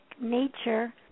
nature